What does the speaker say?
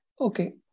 Okay